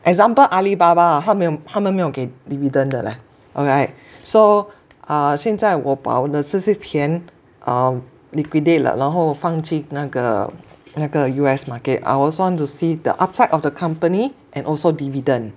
example Alibaba ah 他们他们没有给 dividend 的 leh alright so 啊现在我把我的这些钱 um liquidate 了然后放进那个那个 U_S market I also want to see the upside of the company and also dividend